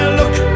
look